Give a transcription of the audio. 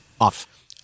OFF